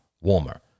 warmer